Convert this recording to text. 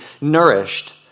nourished